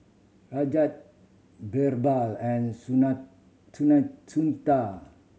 Rajat Birbal and Sunita